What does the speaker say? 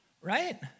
Right